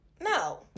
no